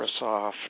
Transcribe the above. Microsoft